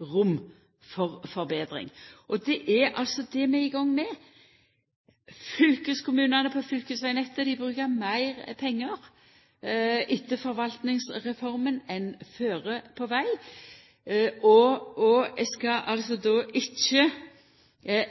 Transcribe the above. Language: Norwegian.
rom for forbetringar. Det er det vi er i gang med. Etter forvaltingsreforma bruker fylkeskommunane meir pengar på fylkesvegnettet enn før. Eg skal då ikkje